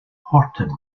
horton